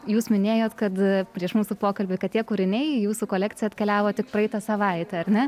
jūs minėjot kad prieš mūsų pokalbį kad tie kūriniai į jūsų kolekcija atkeliavo tik praeitą savaitę ar ne